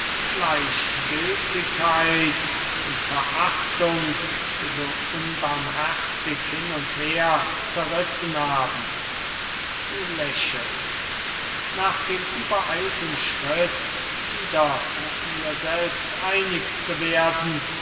gleichgültigkeit und verachtung so unbarmherzig hin und her zerrissen haben du lächelst nach dem übereilten schritt wieder mit mir selbst einig zu werden